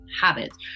habits